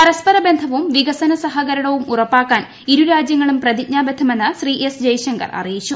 പരസ്പര ബന്ധവും വികസന സഹകരണവും ഉറപ്പാക്കാൻ ഇരു രാജ്യങ്ങളും പ്രതിജ്ഞാബദ്ധമെന്ന് ശ്രീ എസ് ജയശങ്കർ അറിയിച്ചു